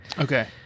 Okay